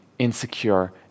insecure